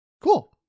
Cool